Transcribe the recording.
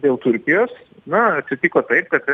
dėl turkijos na atsitiko taip kad